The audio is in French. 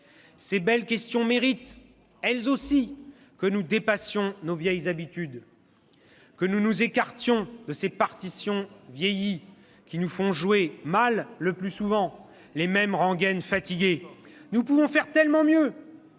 Ces belles questions méritent, elles aussi, que nous dépassions nos vieilles habitudes ; que nous nous écartions de ces partitions vieillies qui nous font jouer, mal le plus souvent, les mêmes rengaines fatiguées. » On n'est pas à la maternelle !